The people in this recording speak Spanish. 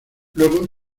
luego